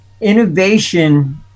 innovation